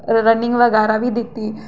running बगैरा बी दित्ती